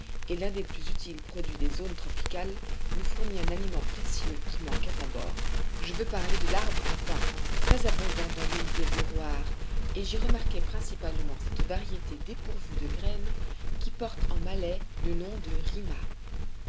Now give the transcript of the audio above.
et l'un des plus utiles produits des zones tropicales nous fournit un aliment précieux qui manquait à bord je veux parler de l'arbre à pain très abondant dans l'île gueboroar et j'y remarquai principalement cette variété dépourvue de graines qui porte en malais le nom de rima